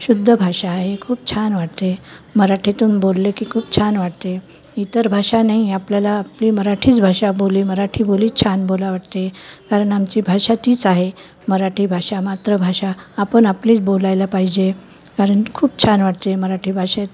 शुद्ध भाषा आहे खूप छान वाटते मराठीतून बोलले की खूप छान वाटते इतर नाही आपल्याला आपली मराठीच भाषा बोली मराठी बोलीच छान बोला वाटते कारण आमची भाषा तीच आहे मराठी भाषा मातृभाषा आपण आपलीच बोलायला पाहिजे कारण खूप छान वाटते मराठी भाषेत